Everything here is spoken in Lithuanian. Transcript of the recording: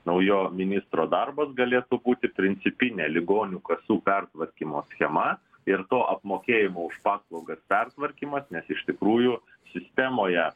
naujo ministro darbas galėtų būti principinė ligonių kasų pertvarkymo schema ir to apmokėjimo už paslaugas pertvarkymas nes iš tikrųjų sistemoje